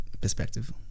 perspective